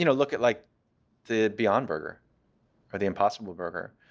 you know look at like the beyond burger or the impossible burger.